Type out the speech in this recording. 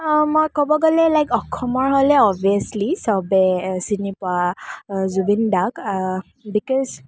মই ক'ব গ'লে লাইক অসমৰ হ'লে অবভিয়াছলি সবে চিনি পোৱা জুবিন দাক বিকজ